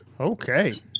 Okay